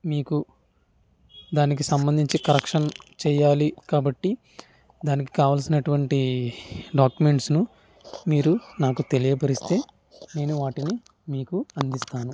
మీకు దానికి సంబంధించి కరెక్షన్ చెయ్యాలి కాబట్టి దానికి కావాల్సినటువంటి డాక్యుమెంట్స్ను మీరు నాకు తెలియపరిస్తే నేను వాటిని మీకు అందిస్తాను